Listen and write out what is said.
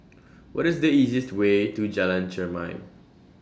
What IS The easiest Way to Jalan Chermai